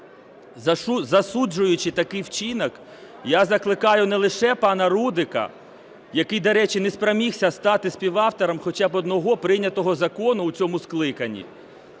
Засуджуючи такий вчинок, я закликаю не лише пана Рудика, який, до речі, не спромігся стати співавтором хоча б одного прийнятого закону в цьому скликанні,